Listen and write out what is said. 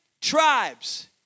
tribes